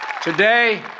Today